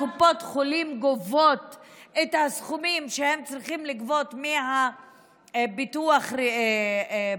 קופות חולים גובות את הסכומים שהן צריכות לגבות מהביטוח הבריאותי,